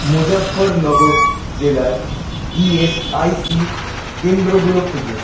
মুজাফরনগর জেলায় E S I C র কেন্দ্রগুলো খুঁজুন